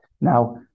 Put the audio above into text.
Now